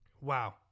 Wow